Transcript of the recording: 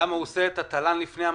עושה את התל"ן לפני מתמטיקה?